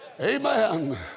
Amen